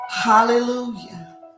Hallelujah